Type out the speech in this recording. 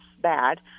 bad